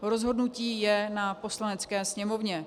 Rozhodnutí je na Poslanecké sněmovně.